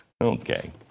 Okay